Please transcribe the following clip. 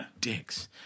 dicks